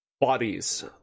bodies